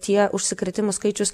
tie užsikrėtimų skaičius